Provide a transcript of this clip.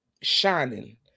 shining